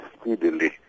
speedily